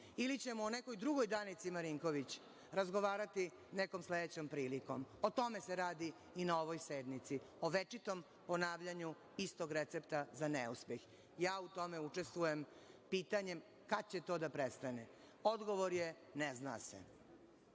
ili ćemo nekoj drugoj Danici Marinković razgovarati nekom sledećom prilikom. O tome se radi i na ovoj sednici, o večitom ponavljanju istog recepta za neuspeh. Ja u tome učestvujem pitanje, kad će to da prestane. Odgovor je – ne zna se.